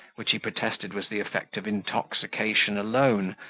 which he protested was the effect of intoxication alone,